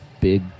big